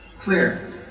clear